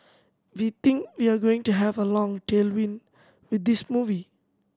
we think we are going to have a long tailwind with this movie